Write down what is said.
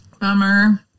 Bummer